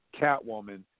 Catwoman